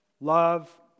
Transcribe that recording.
love